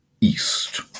east